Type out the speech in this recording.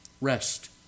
rest